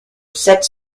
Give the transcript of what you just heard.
sept